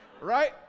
right